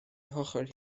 hochr